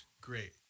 great